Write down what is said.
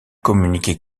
communiqué